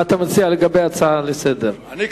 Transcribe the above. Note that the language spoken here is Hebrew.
אני,